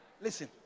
Listen